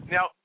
Now